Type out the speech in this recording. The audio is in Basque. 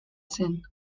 zen